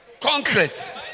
Concrete